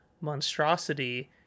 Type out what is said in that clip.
monstrosity